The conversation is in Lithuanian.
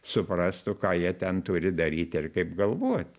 suprastų ką jie ten turi daryt ir kaip galvot